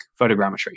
photogrammetry